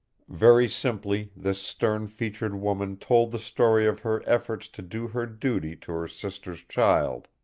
very simply this stern-featured woman told the story of her efforts to do her duty to her sister's child,